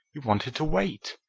you wanted to wait.